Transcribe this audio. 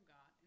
God